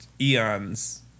eons